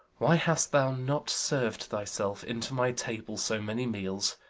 why hast thou not served thyself in to my table so many meals?